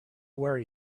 worry